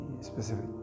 specific